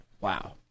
wow